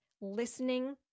listening